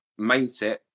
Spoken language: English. mindset